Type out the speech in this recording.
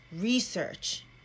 research